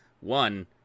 one